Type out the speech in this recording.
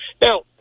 Now